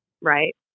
Right